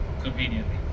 conveniently